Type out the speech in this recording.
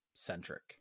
centric